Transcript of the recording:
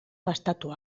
gastatu